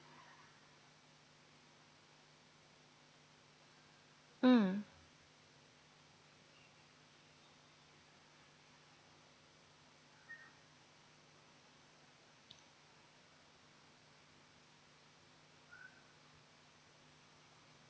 mm